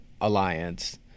alliance